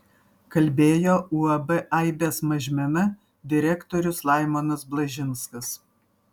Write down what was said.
kalbėjo uab aibės mažmena direktorius laimonas blažinskas